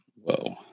Whoa